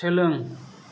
सोलों